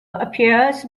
appears